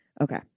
Okay